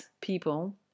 people